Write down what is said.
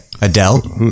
Adele